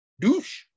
Douche